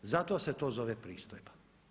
Zato se to zove pristojba.